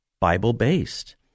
Bible-based